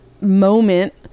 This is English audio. moment